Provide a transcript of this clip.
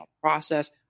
process